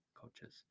cultures